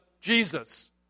Jesus